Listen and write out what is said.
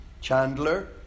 Chandler